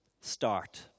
start